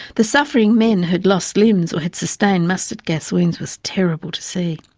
the suffering men who had lost limbs or had sustained mustard gas wounds was terrible to see.